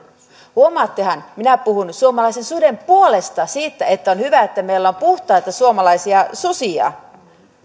huomaattehan minä puhun suomalaisen suden puolesta siitä että on hyvä että meillä on puhtaita suomalaisia susia